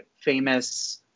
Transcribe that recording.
famous